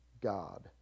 God